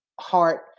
heart